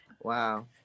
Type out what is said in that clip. Wow